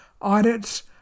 Audits